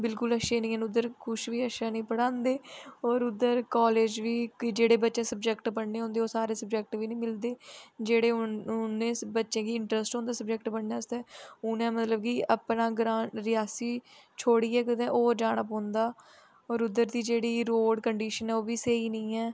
बिल्कुल अच्छे नी ऐ उद्धर कुछ बी अच्छा नी पढ़ांदे होर उद्धर कालेज़ बी जेह्ड़े बच्चे सब्जैक्ट पढ़ने होंदे ओह् सारे सबजैक्ट बी नेईं मिलदे जेह्ड़े उनें बच्चें गी इंट्रस्ट होंदा सब्जैक्ट पढ़ने आस्तै ओह् नेहा मतलब कि अपना ग्रांऽ रियासी छोड़ियै कुदै होर जाना पौंदा होर उद्धर दी जेह्ड़ी रोड़ कंडिशन ओह् बी स्हेई नी ऐ